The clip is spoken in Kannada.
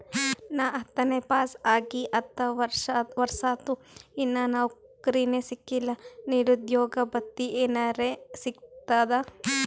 ನಾ ಹತ್ತನೇ ಪಾಸ್ ಆಗಿ ಹತ್ತ ವರ್ಸಾತು, ಇನ್ನಾ ನೌಕ್ರಿನೆ ಸಿಕಿಲ್ಲ, ನಿರುದ್ಯೋಗ ಭತ್ತಿ ಎನೆರೆ ಸಿಗ್ತದಾ?